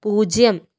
പൂജ്യം